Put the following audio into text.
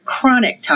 chronic